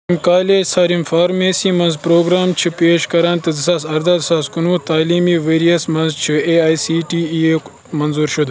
تِم کالج ژھار یِم فارمیسی مَنٛز پروگرام چھِ پیش کران تہٕ زٕ سا اَرٕداہ زٕ ساس کُنہٕ وُہ تعلیٖمی ؤرۍ یَس مَنٛز چھِ A I C T E یُک منظور شُدٕ